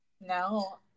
No